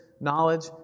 knowledge